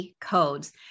codes